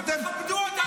--- אתם תכבדו אותם.